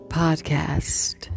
podcast